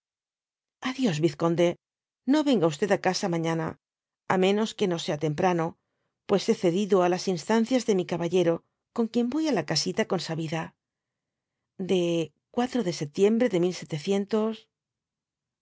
dios vizconde no venga á casa mañana á menos que no sea temprano pues hé cedido á las instancias de mi caballero con quien voy á la casita consabida de de septiembre de